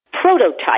prototype